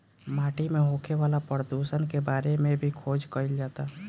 माटी में होखे वाला प्रदुषण के बारे में भी खोज कईल जाता